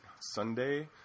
Sunday